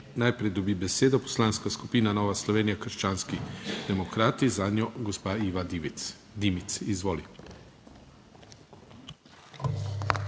Najprej dobi besedo Poslanska skupina Nova Slovenija - krščanski demokrati, zanjo gospa Iva Dimic. Dimic.